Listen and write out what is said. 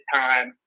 time